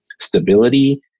stability